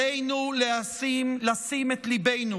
עלינו לשים את ליבנו